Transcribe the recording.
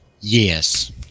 Yes